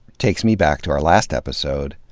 takes me back to our last episode,